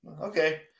Okay